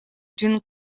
ĝin